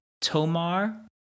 Tomar